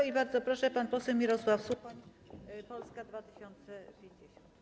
I bardzo proszę, pan poseł Mirosław Suchoń, Polska 2050.